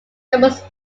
numerous